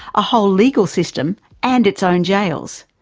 a whole legal system and its own jails.